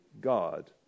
God